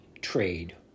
trade